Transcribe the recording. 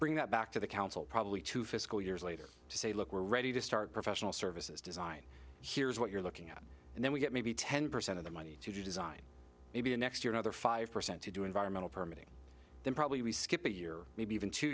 bring that back to the council probably two fiscal years later to say look we're ready to start professional services design here is what you're looking at and then we get maybe ten percent of the money to design maybe next year another five percent to do environmental permitting then probably we skip a year maybe even two